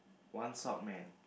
one sock man